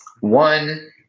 One